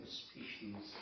species